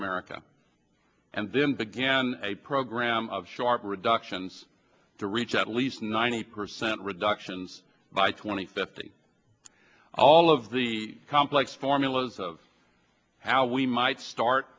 america and then began a program of short reductions to reach at least ninety percent reductions by twenty fifty all of the complex formulas of how we might start